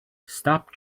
stop